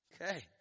Okay